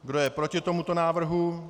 Kdo je proti tomuto návrhu?